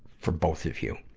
for both of you.